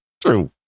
true